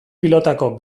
pilotako